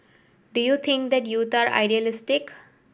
do you think that youth are idealistic